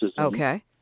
Okay